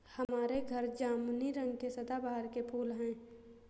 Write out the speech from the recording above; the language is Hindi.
हमारे घर जामुनी रंग के सदाबहार के फूल हैं